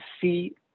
see